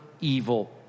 evil